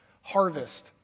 harvest